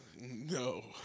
No